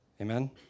Amen